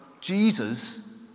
Jesus